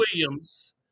Williams